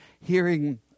hearing